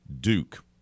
Duke